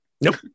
nope